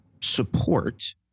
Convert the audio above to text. support